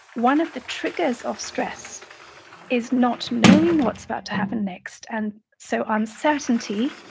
one of the triggers of stress is not knowing what's about to happen next. and so uncertainty,